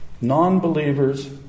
non-believers